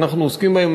שאנחנו עוסקים בהן,